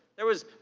there was,